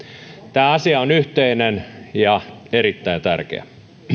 tämä asia on yhteinen ja erittäin tärkeä